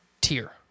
tier